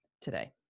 today